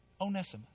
onesimus